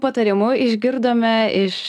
patarimų išgirdome iš